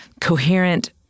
coherent